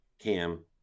Cam